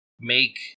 make